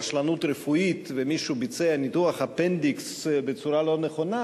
רשלנות רפואית ומישהו ביצע ניתוח אפנדיקס בצורה לא נכונה,